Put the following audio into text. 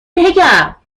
بگم